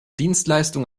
dienstleistung